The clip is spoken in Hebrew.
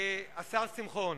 השר שמחון,